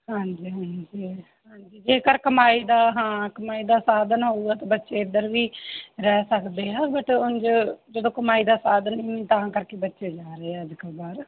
ਹਾਂਜੀ ਹਾਂਜੀ ਹਾਂਜੀ ਜੇਕਰ ਕਮਾਈ ਦਾ ਹਾਂ ਕਮਾਈ ਦਾ ਸਾਧਨ ਹੋਊਗਾ ਤਾਂ ਬੱਚੇ ਇੱਧਰ ਵੀ ਰਹਿ ਸਕਦੇ ਆ ਬਟ ਉਂਝ ਜਦੋਂ ਕਮਾਈ ਦਾ ਸਾਧਨ ਨਹੀਂ ਤਾਂ ਕਰਕੇ ਬੱਚੇ ਜਾ ਰਹੇ ਆ ਅੱਜ ਕੱਲ੍ਹ ਬਾਹਰ